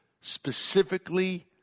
specifically